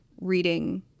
reading